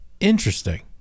interesting